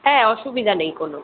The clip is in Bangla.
হ্যাঁ অসুবিধা নেই কোনো